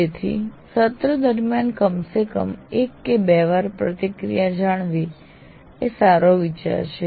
તેથી સત્ર દરમિયાન કમ સે કમ એક કે બે વાર પ્રતિક્રિયા જાણવી એ સારો વિચાર છે